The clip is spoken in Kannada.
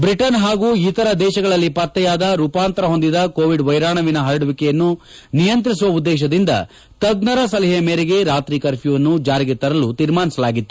ಬ್ರಿಟನ್ ಪಾಗೂ ಇತರ ದೇಶಗಳಲ್ಲಿ ಪತ್ತೆಯಾದ ರೂಪಾಂತರ ಹೊಂದಿದ ಕೋವಿಡ್ ವೈರಾಣುವಿನ ಪರಡುವಿಕೆಯನ್ನು ನಿಯಂತ್ರಿಸುವ ಉದ್ದೇಶದಿಂದ ತಜ್ಞರ ಸಲಹೆಯ ಮೇರೆಗೆ ರಾತ್ರಿ ಕರ್ಫ್ಯೂವನ್ನು ಜಾರಿಗೆ ತರಲು ತೀರ್ಮಾನಿಸಲಾಗಿತ್ತು